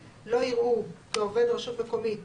(2) לא יראו כעובד רשות מקומית,